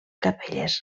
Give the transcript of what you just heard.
capelles